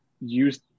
use